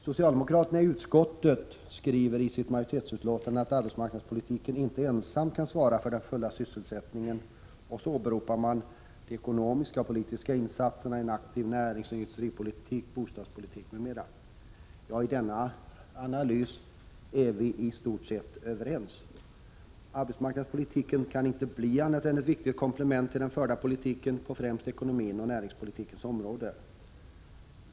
Socialdemokraterna i utskottet anför i sin majoritetsskrivning att arbetsmarknadspolitiken inte ensam kan svara för den fulla sysselsättningen, och så åberopar de de ekonomiska och politiska insatserna, en aktiv näringsoch industripolitik, bostadspolitik m.m. Ja, i denna analys är vi i stort sett överens. Arbetsmarknadspolitiken kan inte bli annat än ett viktigt komplement till den förda politiken på främst ekonomins och näringspolitikens område.